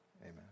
amen